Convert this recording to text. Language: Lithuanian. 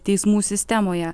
teismų sistemoje